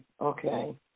Okay